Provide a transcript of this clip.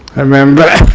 i remember